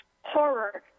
horror